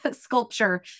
sculpture